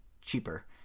cheaper –